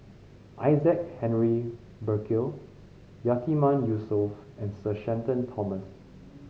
Isaac Henry Burkill Yatiman Yusof and Sir Shenton Thomas